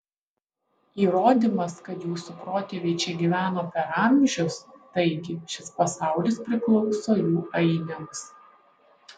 įrodymas kad jūsų protėviai čia gyveno per amžius taigi šis pasaulis priklauso jų ainiams